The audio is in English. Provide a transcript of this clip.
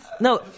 no